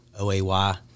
OAY